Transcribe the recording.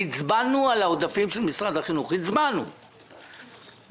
הצבענו על העודפים של משרד החינוך פה אחד,